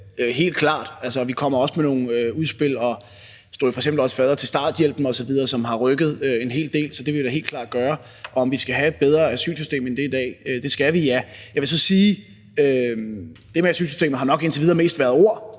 Helt klart, og vi kommer også med nogle udspil, og vi stod jo f.eks. også fadder til starthjælpen osv., som har rykket en hel del; så det vil vi da helt klart gøre. Og om vi skal have et bedre asylsystem end det, der er i dag: Det skal vi, ja. Jeg vil så sige, at det med asylsystemet nok indtil videre mest har været ord;